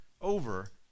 over